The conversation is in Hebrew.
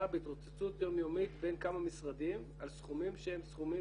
בהתרוצצות יום-יומית בין כמה משרדים על סכומים שהם סכומים